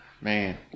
Man